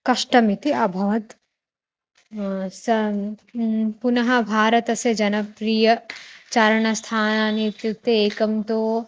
कष्टम् इति अभवत् सः पुनः भारतस्य जनप्रियचारणस्थानानि इत्युक्ते एकं तु